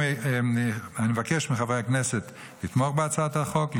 אני מבקש מחברי הכנסת לתמוך בהצעת החוק,